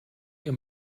ihr